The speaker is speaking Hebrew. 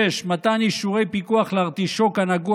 6. מתן אישורי פיקוח לארטישוק הנגוע